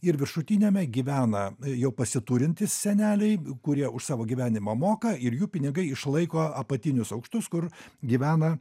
ir viršutiniame gyvena jau pasiturintys seneliai kurie už savo gyvenimą moka ir jų pinigai išlaiko apatinius aukštus kur gyvena